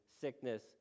sickness